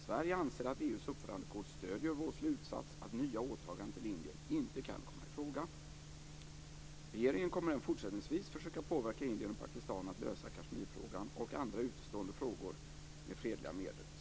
Sverige anser att EU:s uppförandekod stöder vår slutsats, att nya åtaganden till Indien inte kan komma i fråga. Regeringen kommer även fortsättningsvis att försöka påverka Indien och Pakistan att lösa Kashmirfrågan och andra utestående frågor med fredliga medel.